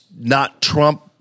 not-Trump